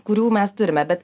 kurių mes turime bet